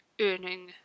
earning